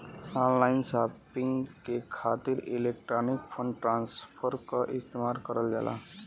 online shopping के खातिर electronic fund transfer क इस्तेमाल करल जाला